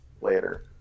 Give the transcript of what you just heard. later